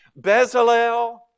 Bezalel